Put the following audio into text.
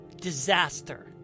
disaster